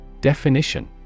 Definition